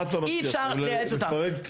מה אתה מציע, לפרק ולהרכיב אחת?